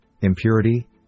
impurity